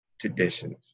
traditions